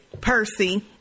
Percy